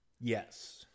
Yes